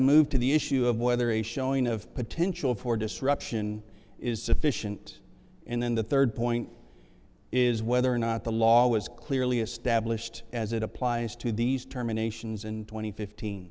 move to the issue of whether a showing of potential for disruption is sufficient and then the third point is whether or not the law was clearly established as it applies to these terminations in tw